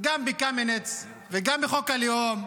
גם מקמיניץ וגם מחוק הלאום,